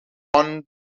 one